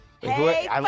Hey